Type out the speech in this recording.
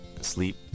sleep